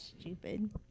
stupid